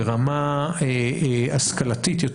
ברמת השכלה יותר